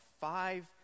five